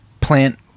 plant